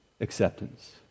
acceptance